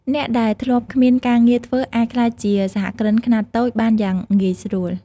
អ្នកដែលធ្លាប់គ្មានការងារធ្វើអាចក្លាយជាសហគ្រិនខ្នាតតូចបានយ៉ាងងាយស្រួល។